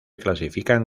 clasifican